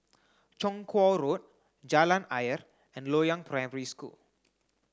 Chong Kuo Road Jalan Ayer and Loyang Primary School